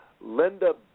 linda